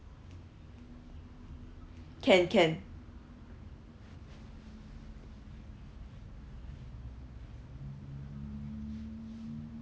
can can